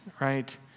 right